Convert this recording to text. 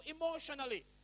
emotionally